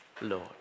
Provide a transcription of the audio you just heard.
Lord